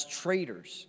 traitors